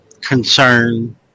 concern